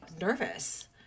nervous